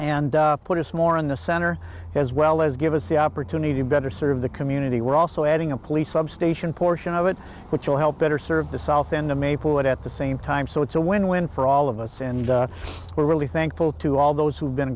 and put us more in the center as well as give us the opportunity to better serve the community we're also adding a police station portion of it which will help better serve the south and i'm a poet at the same time so it's a win win for all of us and we're really thankful to all those who've been